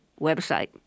website